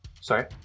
Sorry